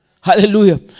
Hallelujah